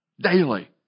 Daily